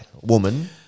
Woman